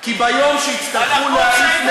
משפט אחד.